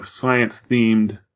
science-themed